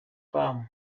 farm